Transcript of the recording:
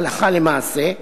הלכה למעשה,